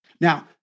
Now